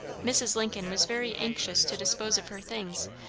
mrs. lincoln was very anxious to dispose of her things,